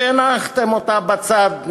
שהנחתם אותה בצד,